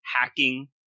hacking